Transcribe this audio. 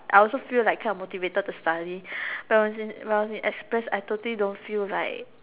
I also feel like kind of motivated to study but when I was in when I was in express I totally don't feel like